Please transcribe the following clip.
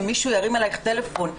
שמישהו ירים אלייך טלפון.